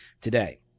today